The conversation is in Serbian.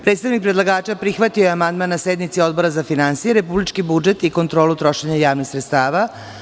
Predstavnik predlagača prihvatio je amandman na sednici Odbora za finansije, republički budžet i kontrolu trošenja javnih sredstava.